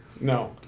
No